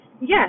Yes